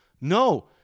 No